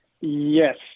Yes